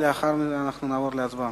לאחר מכן נעבור להצבעה.